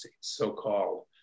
so-called